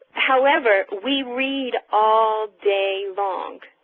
however, we read all day long,